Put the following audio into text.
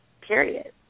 Period